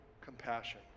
compassion